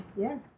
Yes